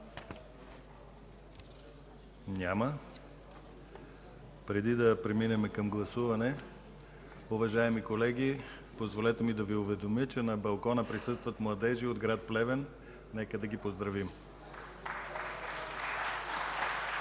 Няма. Преди да преминем към гласуване, уважаеми колеги, позволете ми да Ви уведомя, че на балкона присъстват младежи от град Плевен – нека да ги поздравим.